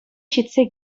ҫитсе